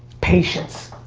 patience.